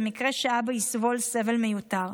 למקרה שאבא יסבול סבל מיותר.